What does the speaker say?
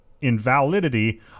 invalidity